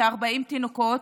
כ-40 תינוקות.